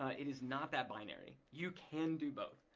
ah it is not that binary. you can do both.